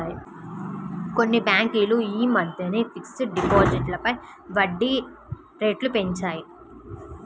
కొన్ని బ్యేంకులు యీ మద్దెనే ఫిక్స్డ్ డిపాజిట్లపై వడ్డీరేట్లను పెంచాయి